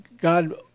God